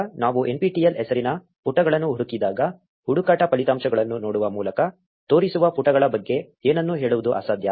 ಈಗ ನಾವು nptel ಹೆಸರಿನ ಪುಟಗಳನ್ನು ಹುಡುಕಿದಾಗ ಹುಡುಕಾಟ ಫಲಿತಾಂಶಗಳನ್ನು ನೋಡುವ ಮೂಲಕ ತೋರಿಸುವ ಪುಟಗಳ ಬಗ್ಗೆ ಏನನ್ನೂ ಹೇಳುವುದು ಅಸಾಧ್ಯ